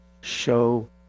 Show